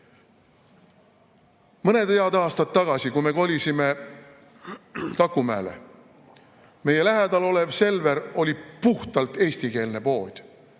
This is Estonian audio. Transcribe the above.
Mõned head aastad tagasi, kui me kolisime Kakumäele, siis oli meie lähedal olev Selver puhtalt eestikeelne pood,